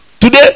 Today